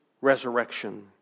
resurrection